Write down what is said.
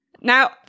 Now